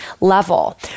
level